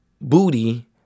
booty